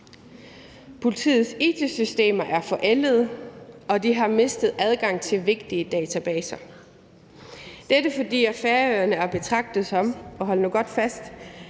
Politiets it-systemer er forældede, og de har mistet adgang til vigtige databaser, og dette er, fordi Færøerne er at betragte som – og hold nu godt fast